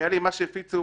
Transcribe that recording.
אחרי שהם הסבירו